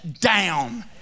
down